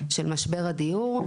של משבר הדיור.